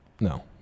No